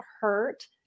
hurt